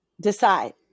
decide